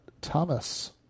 Thomas